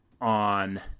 on